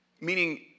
meaning